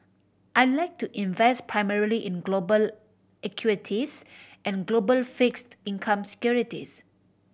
I like to invest primarily in global equities and global fixed income securities